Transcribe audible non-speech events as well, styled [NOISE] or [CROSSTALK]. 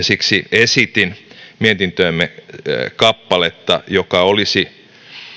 [UNINTELLIGIBLE] siksi esitin mietintöömme kappaletta joka olisi